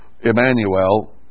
Emmanuel